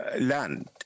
land